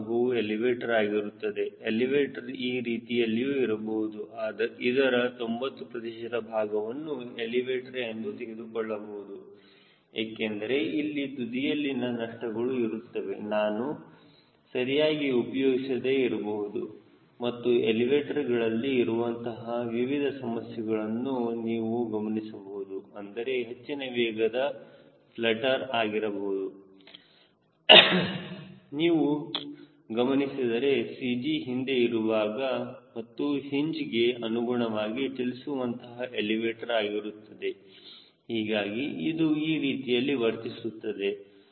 ಈ ಭಾಗವು ಎಲಿವೇಟರ್ ಆಗಿರುತ್ತದೆ ಎಲಿವೇಟರ್ ಈ ರೀತಿಯಲ್ಲಿಯೂ ಇರಬಹುದು ಇದರ 90 ಪ್ರತಿಶತ ಭಾಗವನ್ನು ಎಲಿವೇಟರ್ ಎಂದು ತೆಗೆದುಕೊಳ್ಳಬಹುದು ಏಕೆಂದರೆ ಇಲ್ಲಿ ತುದಿಯಲ್ಲಿನ ನಷ್ಟಗಳು ಇರುತ್ತದೆ ನಾನು ಸರಿಯಾಗಿ ಉಪಯೋಗಿಸದೆ ಇರಬಹುದು ಮತ್ತು ಎಲಿವೇಟರ್ ಗಳಲ್ಲಿ ಇರುವಂತಹ ವಿವಿಧ ಸಮಸ್ಯೆಗಳನ್ನು ನೀವು ಗಮನಿಸಬಹುದು ಅಂದರೆ ಹೆಚ್ಚಿನ ವೇಗದ ಫ್ಲಟರ್ ಆಗಿರಬಹುದು ನೀವು ಗಮನಿಸಿದರೆ CG ಹಿಂದೆ ಇರುವಾಗ ಇದು ಹಿಂಜ್ಗೆ ಅನುಗುಣವಾಗಿ ಚಲಿಸುವಂತಹ ಎಲಿವೇಟರ್ ಆಗಿರುತ್ತದೆ ಹೀಗಾಗಿ ಅದು ಈ ರೀತಿಯಲ್ಲಿ ವರ್ತಿಸುತ್ತದೆ